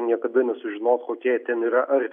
niekada nesužinos kokie ten yra ar